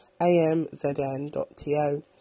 amzn.to